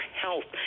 health